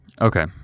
Okay